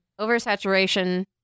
oversaturation